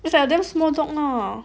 it's like a damn small dog lah